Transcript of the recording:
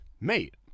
mate